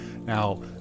Now